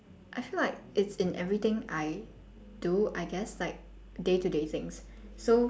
I feel like it's in everything I do I guess like day to day things so